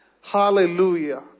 Hallelujah